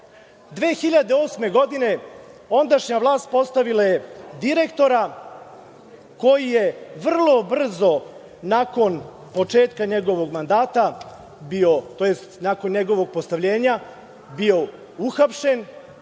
2008. ondašnja vlast postavila je direktora koji je vrlo brzo nakon početka njegovog mandata tj. nakon njegovog postavljenja bio uhapšen